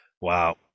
Wow